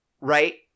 right